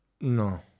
No